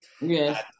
Yes